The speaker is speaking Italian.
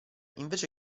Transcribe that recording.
invece